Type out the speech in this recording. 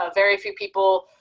ah very few people